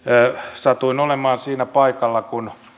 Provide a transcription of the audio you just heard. satuin olemaan siinä paikalla kun